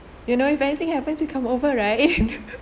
you know if anything happens you come over right